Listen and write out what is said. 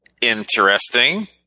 Interesting